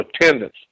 attendance